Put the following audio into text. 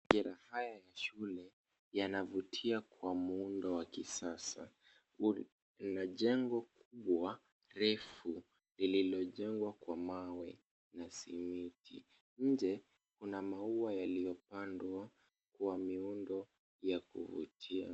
Majengo haya ya shule yanavutia kwa muundo huu wa kisasa . Kuna jengo kubwa refu lililojengwa kwa mawe na simiti. Nje kuna maua yaliyopandwa kwa miundo ya kuvutia.